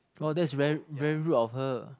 oh that's very very rude of her